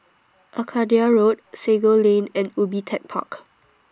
Arcadia Road Sago Lane and Ubi Tech Park